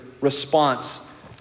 response